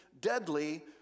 deadly